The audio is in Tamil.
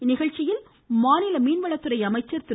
இந்நிகழ்ச்சியில் மாநில மீன்வளத்துறை அமைச்சர் திரு